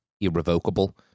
irrevocable